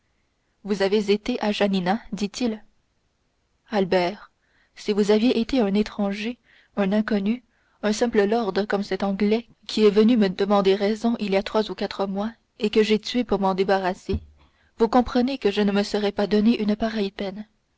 vous avez été à janina dit-il albert si vous aviez été un étranger un inconnu un simple lord comme cet anglais qui est venu me demander raison il y a trois ou quatre mois et que j'ai tué pour m'en débarrasser vous comprenez que je ne me serais pas donné une pareille peine